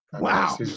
Wow